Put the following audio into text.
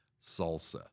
salsa